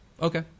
Okay